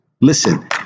Listen